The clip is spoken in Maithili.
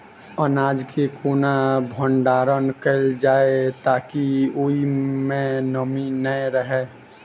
अनाज केँ केना भण्डारण कैल जाए ताकि ओई मै नमी नै रहै?